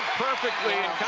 perfectly